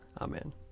Amen